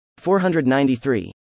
493